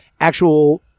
actual